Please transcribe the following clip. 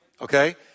Okay